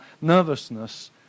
nervousness